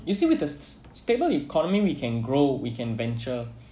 you see with a stable economy we can grow we can venture